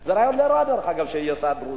זה רעיון לא רע, אגב, שיהיה שר דרוזי.